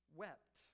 wept